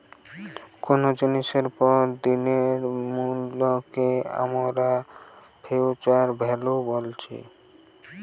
কুনো জিনিসের পরের দিনের মূল্যকে আমরা ফিউচার ভ্যালু বলছি